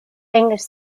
english